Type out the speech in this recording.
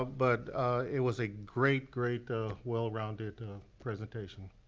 but it was a great, great ah well rounded presentation.